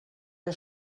der